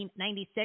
1996